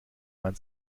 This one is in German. man